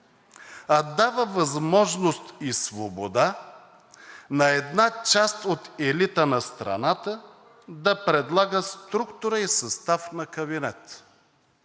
а дава възможност и свобода на една част от елита на страната да предлага структура и състав на кабинет.